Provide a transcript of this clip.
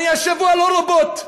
אני השבוע לא רובוט.